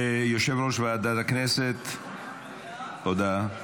יושב-ראש ועדת הכנסת, הודעה.